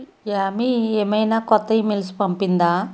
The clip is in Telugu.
యామీ ఏమైనా కొత్త ఈమెయిల్స్ పంపిందా